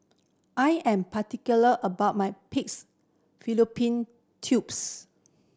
I am particular about my pigs fallopian tubes